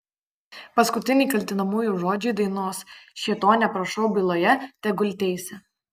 paskutiniai kaltinamųjų žodžiai dainos šėtone prašau byloje tegul teisia